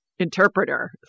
interpreter